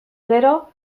gero